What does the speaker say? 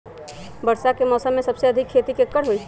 वर्षा के मौसम में सबसे अधिक खेती केकर होई?